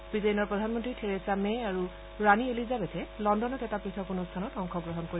ৱিটেইনৰ প্ৰধানমন্ত্ৰী Theresa May আৰু ৰাণী এলিজাবেথে লণ্ডনত এটা পৃথক অনুষ্ঠানত অংশগ্ৰহণ কৰিব